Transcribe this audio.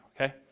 okay